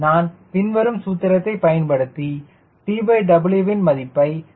நான் பின்வரும் சூத்திரத்தை பயன்படுத்தி TW ன் மதிப்பை கண்டுபிடித்துள்ளேன்